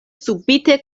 subite